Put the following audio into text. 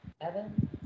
Evan